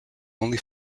only